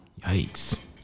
Yikes